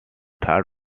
third